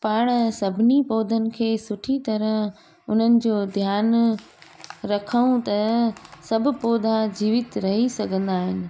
पाण सभिनी पौधनि खे सुठी तरह उन्हनि जो ध्यानु रखूं त सभु पौधा जीवित रही सघंदा आहिनि